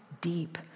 deep